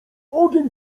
ogień